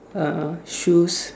uh shoes